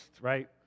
right